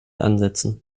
ansetzen